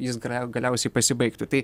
jis gra galiausiai pasibaigtų tai